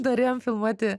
norėjom filmuoti